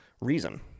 reason